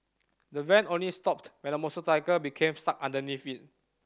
the van only stopped when a motorcycle became stuck underneath it